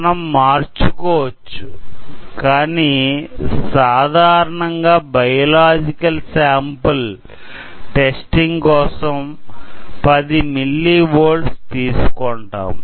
మనం మార్చుకోవచ్చు కానీ సాధారణంగా బయోలాజికల్ శాంపిల్ టెస్టింగ్ కోసం 10 మిల్లీ ఓల్ట్స్ తీసుకొంటాము